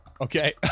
Okay